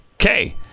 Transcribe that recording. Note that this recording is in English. Okay